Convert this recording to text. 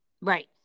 Right